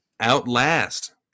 Outlast